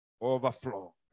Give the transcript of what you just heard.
Overflow